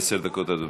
עשר דקות, אדוני.